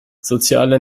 soziale